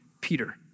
Peter